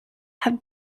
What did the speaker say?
have